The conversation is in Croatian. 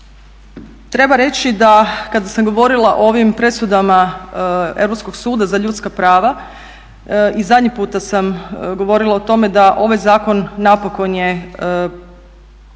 Treba reći da kada sam govorila o ovim presudama Europskog suda za ljudska prava, i zadnji puta sam govorila o tome da ovaj zakon napokon je usvojio